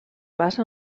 basa